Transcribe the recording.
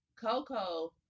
Coco